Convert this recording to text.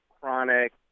chronic